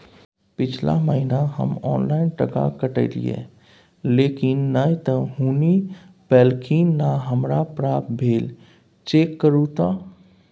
पिछला महीना हम ऑनलाइन टका कटैलिये लेकिन नय त हुनी पैलखिन न हमरा प्राप्त भेल, चेक करू त?